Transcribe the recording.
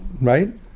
right